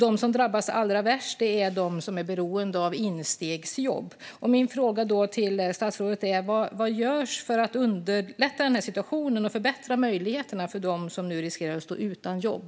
De som drabbas allra värst är de som är beroende av instegsjobb. Min fråga till statsrådet är: Vad görs för att underlätta den här situationen och förbättra möjligheterna för dem som nu riskerar att stå utan jobb?